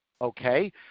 Okay